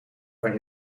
van